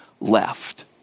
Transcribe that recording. left